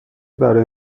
برای